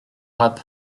rapp